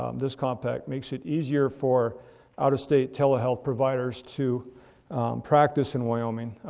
um this compact makes it easier for out-of-state telehealth providers to practice in wyoming.